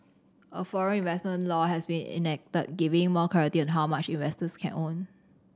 a foreign investment law has been enacted giving more clarity on how much investors can own